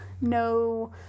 no